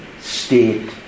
state